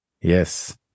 Yes